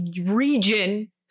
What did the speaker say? region